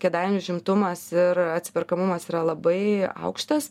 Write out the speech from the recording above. kėdainių užimtumas ir atsiperkamumas yra labai aukštas